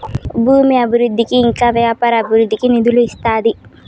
భూమి అభివృద్ధికి ఇంకా వ్యాపార అభివృద్ధికి నిధులు ఇస్తాది